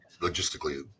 logistically